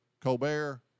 Colbert